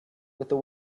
also